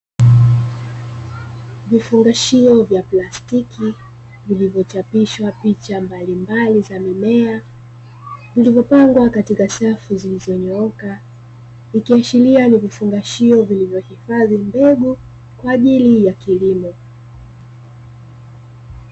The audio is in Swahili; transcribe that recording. Vifungashio vya plastiki vilivyochapishwa picha mbalimbali za mimea zilizopangwa katika safu zilizo nyooka, ikiashiria ni vifungashio vilivyohifadhi mbegu kwa ajili ya kilimo.